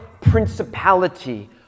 principality